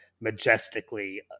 majestically